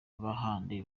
bahanzi